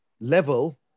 level